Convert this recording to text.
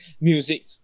music